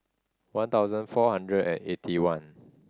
one thousand four hundred and eighty one